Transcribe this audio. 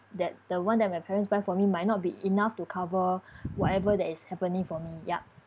that the one that my parents buy for me might not be enough to cover whatever that is happening for me yup